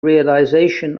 realization